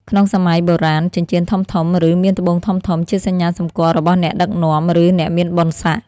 ក្នុងសម័យបុរាណ ចិញ្ចៀនធំៗ ឬមានត្បូងធំៗ ជាសញ្ញាសម្គាល់របស់អ្នកដឹកនាំ ឬអ្នកមានបុណ្យស័ក្តិ។